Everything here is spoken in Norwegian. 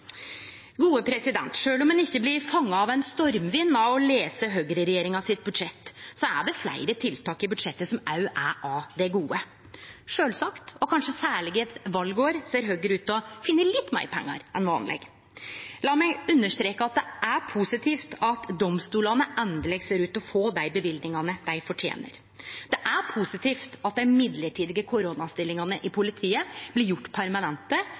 om ein ikkje blir «fångad av en stormvind» av å lese budsjettet til høgreregjeringa, er det fleire tiltak i budsjettet som òg er av det gode. Sjølvsagt, og kanskje særleg i eit valår, ser Høgre ut til å finne litt meir pengar enn vanleg. Lat meg understreke at det er positivt at domstolane endeleg ser ut til å få dei løyvingane dei fortener. Det er positivt at dei mellombelse koronastillingane i politiet blir gjorde permanente